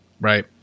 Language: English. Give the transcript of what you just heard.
right